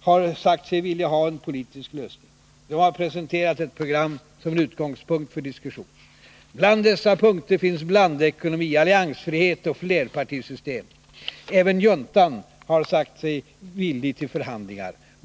har sagt sig vilja ha en politisk lösning. De har presenterat ett program som utgångspunkt för diskussion. Bland dessa punkter finns blandekonomi, alliansfrihet och flerpartisystem. Även juntan har sagt sig villig till förhandlingar.